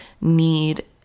need